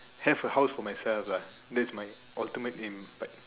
have a house for myself lah that's my ultimate aim but